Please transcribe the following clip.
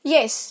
Yes